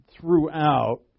throughout